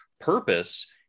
purpose